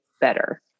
better